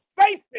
facing